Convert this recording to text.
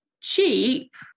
cheap